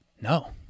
No